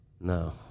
No